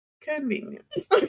convenience